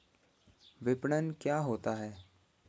विपणन क्या होता है?